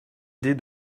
idée